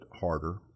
harder